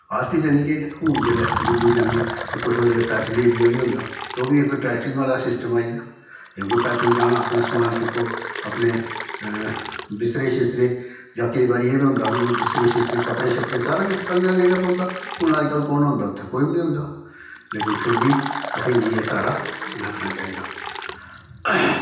अस बी जानि के हून जिसलै डुड्डू जन्ने तां कुस बेल्लै पैदल एरिया बी होंदा ते ओह् बी इक ट्रकिंग आह्ला सिस्टम आई गेआ क्योंकि पैदल जाना अपने समान चुक्को अपने बिस्तरे शिस्तरे जां केईं बारी एह् बी होंदा कि बिस्तरे शिस्तरे कपड़े शप्पड़े सारा किश कन्नै लेना पौंदा हून अज्जकल कु'न होंदा उत्थें कई बी निं होंदा लेकिन फिर बी असेंगी एह् सारा रक्खना चाहिदा